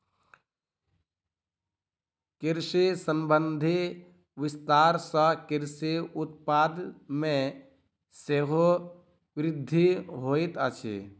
कृषि संबंधी विस्तार सॅ कृषि उत्पाद मे सेहो वृद्धि होइत अछि